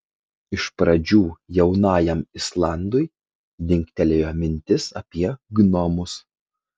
iš pradžių jaunajam islandui dingtelėjo mintis apie gnomus